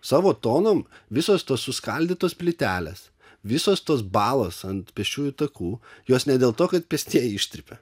savo tonom visos tos suskaldytos plytelės visos tos balos ant pėsčiųjų takų jos ne dėl to kad pėstieji ištrypė